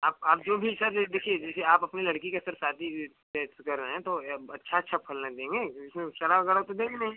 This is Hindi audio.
आप आप जो भी सर जे देखिए जैसे आप अपने लड़की का सर शादी फेक्स कर रहे हैं तो अब अच्छा अच्छा फल न देंगे इसमें सड़ा गड़ा तो देंगे नहीं